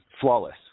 flawless